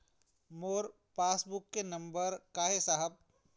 मोर passbook के नंबर का ही साहब?